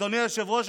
אדוני היושב-ראש,